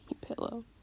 pillow